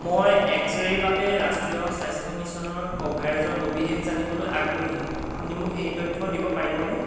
মই এক্স ৰেৰ বাবে ৰাষ্ট্ৰীয় স্বাস্থ্য মিছনৰ কভাৰেজৰ সবিশেষ জানিবলৈ আগ্ৰহী আপুনি মোক সেই তথ্য দিব পাৰিবনে